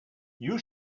you